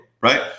Right